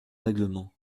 règlement